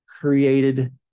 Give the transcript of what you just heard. created